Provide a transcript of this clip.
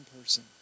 person